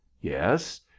Yes